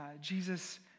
Jesus